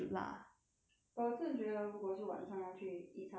but 我真的觉得如果是晚上要去 eat supper right is